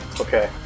Okay